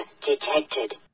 detected